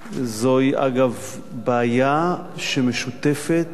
זוהי, אגב, בעיה שמשותפת לרוב, לפחות, אני